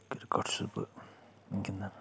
تہٕ کرکٹ چھُس بہٕ گِنٛدان